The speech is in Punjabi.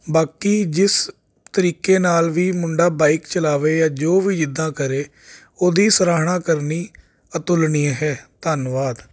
ਬਾਕੀ ਜਿਸ ਤਰੀਕੇ ਨਾਲ ਵੀ ਮੁੰਡਾ ਬਾਈਕ ਚਲਾਵੇ ਜਾਂ ਜੋ ਵੀ ਜਿੱਦਾਂ ਕਰੇ ਉਹਦੀ ਸਰਾਣਾ ਕਰਨੀ ਅਤੁਲਨੀਏ ਹੈ ਧੰਨਵਾਦ